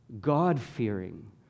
God-fearing